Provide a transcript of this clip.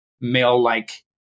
male-like